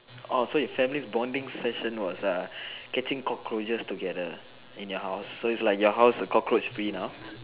orh so your family's bonding session was err catching cockroaches together in your house so is like your house the cockroach free now